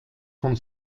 von